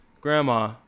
Grandma